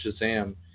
Shazam